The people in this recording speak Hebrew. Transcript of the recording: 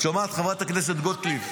חברת הכנסת גוטליב?